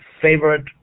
favorite